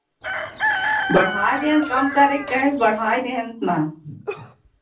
बढ़ाए देहेन कम करैक कहे उ बढ़ाए देहेन उतना